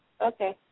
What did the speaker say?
Okay